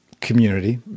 community